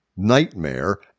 nightmare